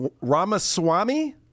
Ramaswamy